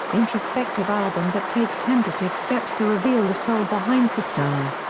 introspective album that takes tentative steps to reveal the soul behind the star.